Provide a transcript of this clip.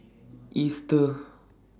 Easter